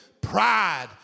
pride